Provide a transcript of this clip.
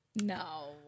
No